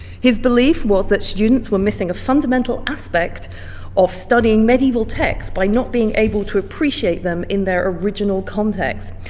his belief was that students were missing a fundamental aspect of studying medieval text by not being able to appreciate them in their original context,